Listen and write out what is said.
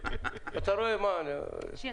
אם